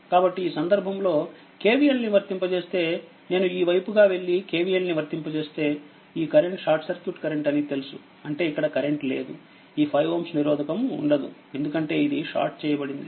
కాబట్టిఈ సందర్భంలోKVL ని వర్తింపజేస్తే నేను ఈ వైపు గా వెళ్లి KVLని వర్తింపజేస్తేఈ కరెంట్ షార్ట్ సర్క్యూట్ కరెంట్ అని తెలుసుఅంటేఇక్కడ కరెంట్ లేదుఈ 5Ωనిరోధకము ఉండదు ఎందుకంటే ఇది షార్ట్ చేయబడింది